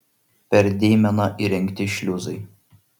per deimeną įrengti šliuzai